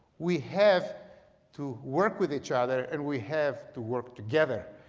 we have to work with each other and we have to work together.